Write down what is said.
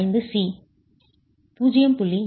85 c 0